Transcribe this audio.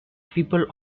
people